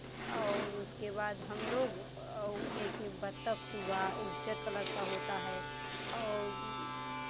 और उसके बाद हम लोग और जैसे बतख हुआ उज्जर कलर का होता है और